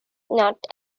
not